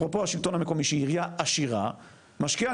אפרופו השלטון המקומי, שהיא עירייה עשירה, משקיעה.